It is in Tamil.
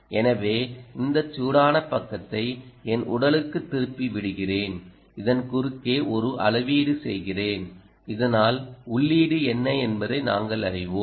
எனவே இந்த சூடான பக்கத்தை என் உடலுக்குத் திருப்பி விடுகிறேன் இதன் குறுக்கே ஒரு அளவீடு செய்கிறேன் இதனால் உள்ளீடு என்ன என்பதை நாங்கள் அறிவோம்